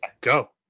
Go